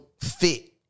fit